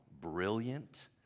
brilliant